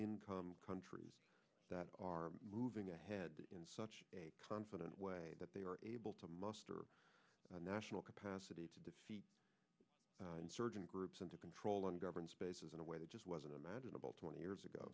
income countries that are moving ahead in such a confident way that they are able to muster a national capacity to insurgent groups and to control ungoverned spaces in a way that just wasn't imaginable twenty years ago